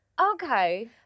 Okay